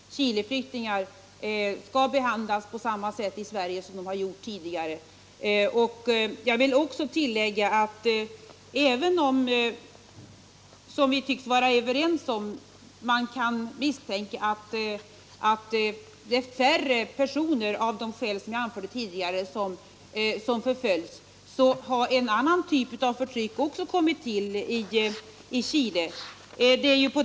Chileflyktingar i Sverige skall behandlas på samma sätt som tidigare. Jag vill tillägga att även om man — och det tycks vi vara överens om — kan misstänka att det av de skäl som jag anförde tidigare är färre personer som förföljs, har en annan typ av förtryck tillkommit i Chile.